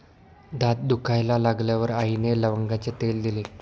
दात दुखायला लागल्यावर आईने लवंगाचे तेल दिले